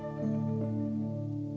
who